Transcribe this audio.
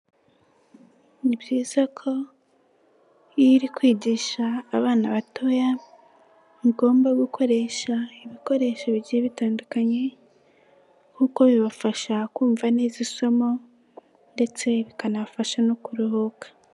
Ni byiza ko iyo uri kwigisha abana batoya. Ugomba gukoresha ibikoresho bigiye bitandukanye kuko bibafasha kumva neza isomo ndetse bikanabafasha no kuruhuka.